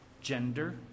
gender